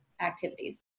activities